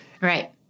Right